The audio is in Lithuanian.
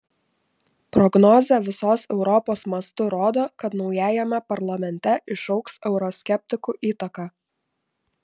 prognozė visos europos mastu rodo kad naujajame parlamente išaugs euroskeptikų įtaka